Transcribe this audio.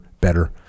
better